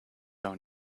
own